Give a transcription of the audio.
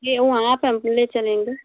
वहाँ पर हम ले चलेंगे